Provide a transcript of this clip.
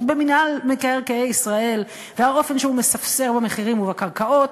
במינהל מקרקעי ישראל ועל האופן שבו הוא מספסר במחירים בקרקעות,